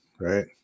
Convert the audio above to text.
right